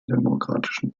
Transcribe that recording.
demokratischen